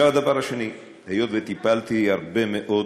עכשיו הדבר השני: היות שטיפלתי הרבה מאוד